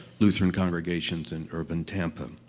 lutheran congregations in urban tampa.